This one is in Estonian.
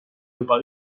juba